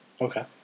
Okay